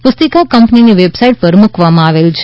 પુસ્તિકા કંપનીની વેબસાઇટ પર પણ મુકવામાં આવેલ છે